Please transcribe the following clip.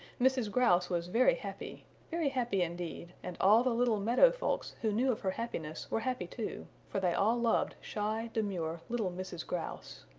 mrs. grouse was very happy, very happy indeed, and all the little meadow folks who knew of her happiness were happy too, for they all loved shy, demure, little mrs. grouse.